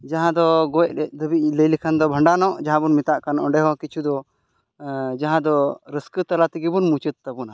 ᱡᱟᱦᱟ ᱫᱚ ᱜᱚᱡ ᱫᱷᱟᱹᱵᱤᱡ ᱞᱟᱹᱭ ᱞᱮᱠᱷᱟᱱ ᱫᱚ ᱵᱷᱟᱸᱰᱟᱱᱚᱜ ᱡᱟᱦᱟᱸ ᱵᱚᱱ ᱢᱮᱛᱟᱜ ᱠᱟᱱ ᱚᱸᱰᱮ ᱦᱚᱸ ᱠᱤᱪᱷᱩ ᱫᱚ ᱡᱟᱦᱟᱸ ᱫᱚ ᱨᱟᱹᱥᱠᱟᱹ ᱛᱟᱞᱟ ᱛᱮᱜᱮ ᱵᱚᱱ ᱢᱩᱪᱟᱹᱫ ᱛᱟᱵᱚᱱᱟ